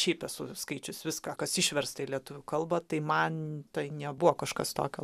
šiaip esu skaičius viską kas išversta į lietuvių kalbą tai man tai nebuvo kažkas tokio